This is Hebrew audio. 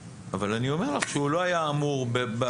אבל אני אומר לך שהוא לא היה אמור בהקמתו